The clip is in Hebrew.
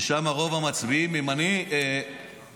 שבו רוב המצביעים מזרחים.